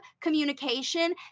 communication